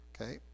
Okay